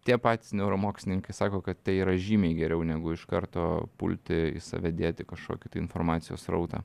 tie patys neuromokslininkai sako kad tai yra žymiai geriau negu iš karto pulti į save dėti kažkokį tai informacijos srautą